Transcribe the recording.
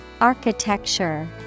Architecture